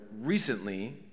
recently